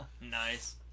nice